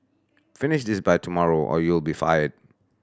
finish this by tomorrow or you'll be fired